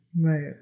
Right